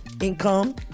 income